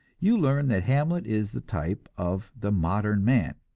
you learn that hamlet is the type of the modern man.